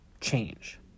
change